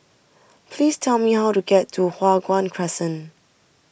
please tell me how to get to Hua Guan Crescent